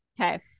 Okay